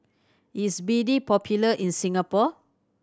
is B D popular in Singapore